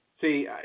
See